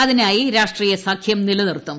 അതിനായി രാഷ്ട്രീയ സഖ്യം നിലനിർത്തും